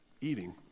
eating